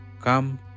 Come